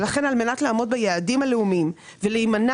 ולכן,